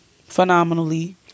phenomenally